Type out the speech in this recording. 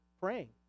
praying